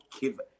give